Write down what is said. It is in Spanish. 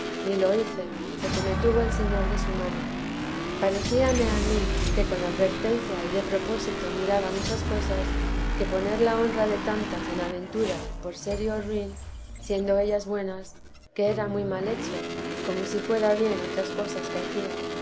ni lo hice porque me tuvo el señor de su mano parecíame a mí que con advertencia y de propósito miraba muchas cosas que poner la honra de tantas en aventura por ser yo ruin siendo ellas buenas que era muy mal hecho como si fuera bien otras cosas que hacía